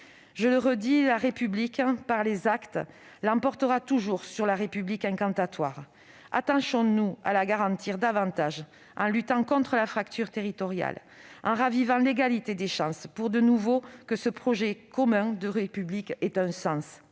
Je le redis, la République par les actes l'emportera toujours sur la République incantatoire. Attachons-nous à la garantir davantage, en luttant contre la fracture territoriale, en ravivant l'égalité des chances pour que, de nouveau, ce projet commun de République ait un sens.